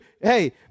hey